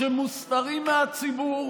שמוסתרים מהציבור